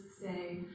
say